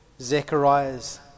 Zechariah's